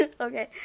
Okay